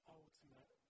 ultimate